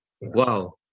Wow